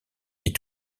est